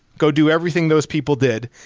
go do everything those people did.